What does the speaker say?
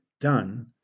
done